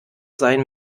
seien